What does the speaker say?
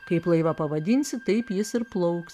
kaip laivą pavadinsi taip jis ir plauks